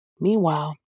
Meanwhile